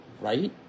right